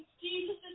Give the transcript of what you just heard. Jesus